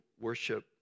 worship